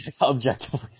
objectively